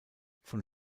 von